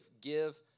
give